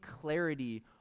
clarity